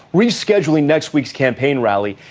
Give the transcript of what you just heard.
rescheduling next week's campaign rally,